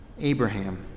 Abraham